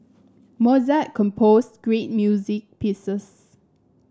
Mozart composed great music pieces